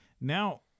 now